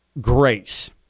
grace